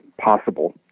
possible